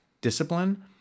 discipline